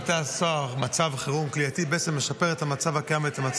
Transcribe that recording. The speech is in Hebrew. (מצב חירום כליאתי) (תיקון מס' 3),